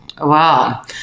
Wow